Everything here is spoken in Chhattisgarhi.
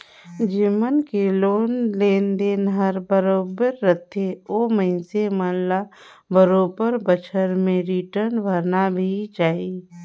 जेमन के लोन देन हर बरोबर रथे ओ मइनसे मन ल तो बरोबर बच्छर में के रिटर्न भरना ही चाही